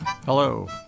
Hello